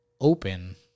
open